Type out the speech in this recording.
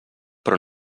però